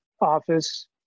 office